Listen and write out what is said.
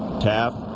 taft,